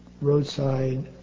roadside